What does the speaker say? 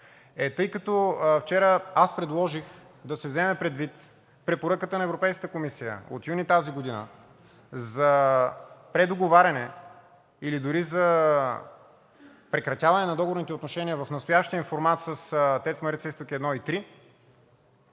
тъй като вчера аз предложих да се вземе предвид препоръката на Европейската комисия от месец юни тази година за предоговаряне или дори за прекратяване на договорните отношения в настоящия формат с ТЕЦ Марица изток 1 и 3.